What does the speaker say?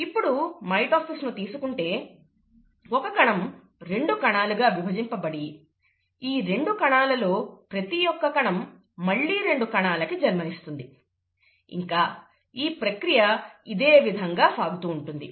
ఇప్పుడు మైటోసిస్ ను తీసుకుంటే ఒక కణం రెండు కణాలుగా విభజింపబడి ఈ రెండు కణాలలో ప్రతి ఒక్క కణం మళ్లీ రెండు కణాలకి జన్మనిస్తుంది ఇంకా ఈ ప్రక్రియ ఇదేవిధంగా సాగుతూ ఉంటుంది